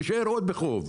נישאר עוד בחוב.